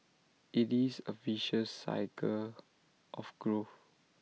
IT is A virtuous cycle of growth